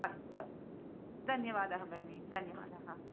अस्तु अस्तु धन्यवादः भगिनी धन्यवादः